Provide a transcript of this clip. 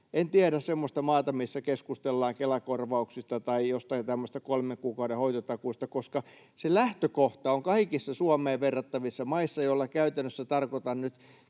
En tiedä semmoista maata, missä keskustellaan Kela-korvauksista tai jostain tämmöisestä kolmen kuukauden hoitotakuusta, koska se lähtökohta on kaikissa Suomeen verrattavissa maissa — joilla käytännössä tarkoitan nyt